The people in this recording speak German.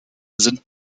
sind